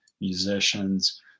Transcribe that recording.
musicians